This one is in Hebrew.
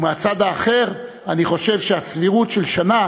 ומהצד האחר, אני חושב שהסבירות של שנה